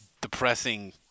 depressing